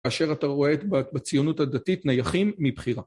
אשר אתה רואה בציונות הדתית נייחים מבחירה